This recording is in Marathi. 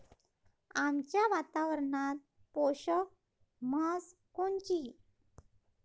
आमच्या वातावरनात पोषक म्हस कोनची?